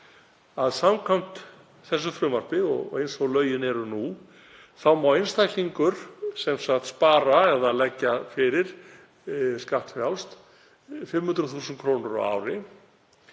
að samkvæmt þessu frumvarpi, og eins og lögin eru nú, má einstaklingur spara eða leggja fyrir skattfrjálst 500.000 kr. á